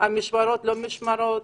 המשמרות לא משמרות,